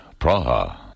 Praha